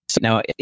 now